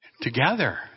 together